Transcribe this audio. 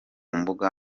mbuga